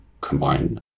combine